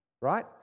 right